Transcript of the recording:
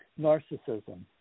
narcissism